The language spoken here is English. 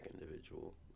individual